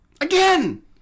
Again